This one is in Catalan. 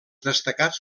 destacats